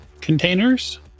containers